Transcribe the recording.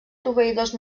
proveïdors